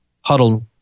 huddle